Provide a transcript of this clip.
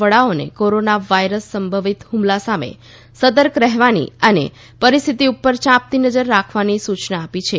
વડાઓને કોરોના વાઇરસના સંભવિત હમલા સામે સતર્ક રહેવાની અને પરિસ્થિત ઉપર ચાંપતી નજર રાખવાની સૂચના આપી છે